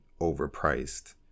overpriced